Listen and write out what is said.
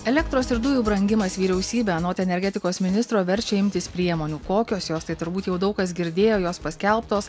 elektros ir dujų brangimas vyriausybę anot energetikos ministro verčia imtis priemonių kokios jos tai turbūt jau daug kas girdėjo jos paskelbtos